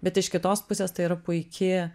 bet iš kitos pusės tai yra puiki